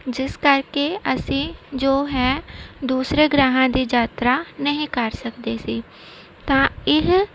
ਜਿਸ ਕਰਕੇ ਅਸੀਂ ਜੋ ਹੈ ਦੂਸਰੇ ਗ੍ਰਹਿਆਂ ਦੀ ਯਾਤਰਾ ਨਹੀਂ ਕਰ ਸਕਦੇ ਸੀ ਤਾਂ ਇਹ